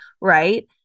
right